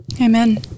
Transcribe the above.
Amen